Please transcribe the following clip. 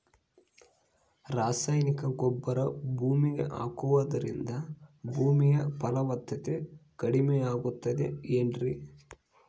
ರಾಸಾಯನಿಕ ಗೊಬ್ಬರ ಭೂಮಿಗೆ ಹಾಕುವುದರಿಂದ ಭೂಮಿಯ ಫಲವತ್ತತೆ ಕಡಿಮೆಯಾಗುತ್ತದೆ ಏನ್ರಿ?